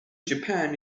japan